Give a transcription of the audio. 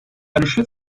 rüşvet